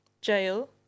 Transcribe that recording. jail